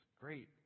great